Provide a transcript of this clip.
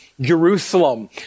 Jerusalem